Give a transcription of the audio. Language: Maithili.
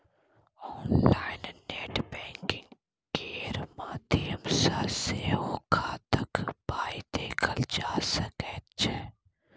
आनलाइन नेट बैंकिंग केर माध्यम सँ सेहो खाताक पाइ देखल जा सकै छै